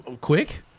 quick